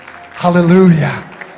hallelujah